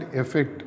effect